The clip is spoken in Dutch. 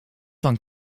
van